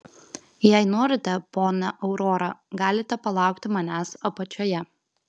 jei norite ponia aurora galite palaukti manęs apačioje